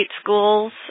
schools